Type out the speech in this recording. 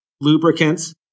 lubricants